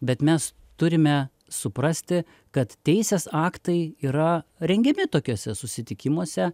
bet mes turime suprasti kad teisės aktai yra rengiami tokiuose susitikimuose